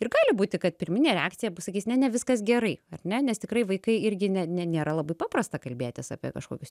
ir gali būti kad pirminė reakcija pasakys ne ne viskas gerai ar ne nes tikrai vaikai irgi ne ne nėra labai paprasta kalbėtis apie kažkokius